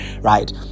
right